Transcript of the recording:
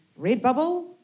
Redbubble